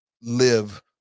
live